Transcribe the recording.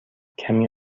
کمی